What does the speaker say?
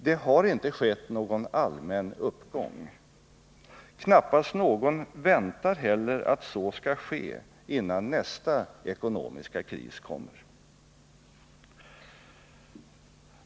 Det har inte skett någon allmän uppgång. Knappast någon väntar sig heller att så skall ske innan nästa ekonomiska kris kommer.